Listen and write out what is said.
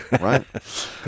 Right